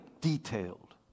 detailed